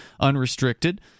unrestricted